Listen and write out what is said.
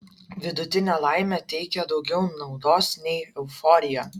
vidutinė laimė teikia daugiau naudos nei euforija